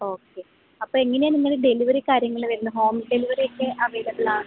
okay അപ്പോൾ എങ്ങനെയാ നിങ്ങളുടെ ഡെലിവറി കാര്യങ്ങൾ വരുന്നത് ഹോം ഡെലിവറി ഒക്കെ അവൈലബിളാണോ